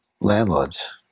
landlord's